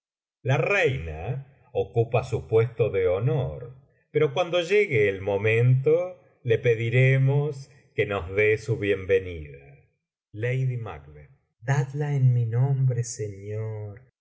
la reina ocupa su puesto de honor pero cuando llegue el momento le pediremos que nos dé su bienvenida macbeth lady mac